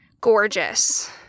gorgeous